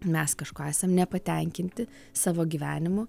mes kažkuo esam nepatenkinti savo gyvenimu